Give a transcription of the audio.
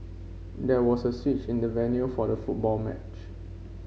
there was a switch in the venue for the football match